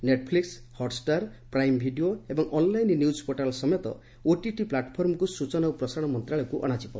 Netflix Hotstar Prime Video ଏବଂ online news portal ସମେତ OTT ପ୍ଲାଟ୍ଫର୍ମକୁ ସୂଚନା ଓ ପ୍ରସାରଣ ମନ୍ତ୍ରଣାଳୟକୁ ଅଣାଯିବ